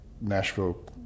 Nashville